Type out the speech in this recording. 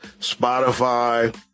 Spotify